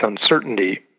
uncertainty